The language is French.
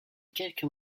quelques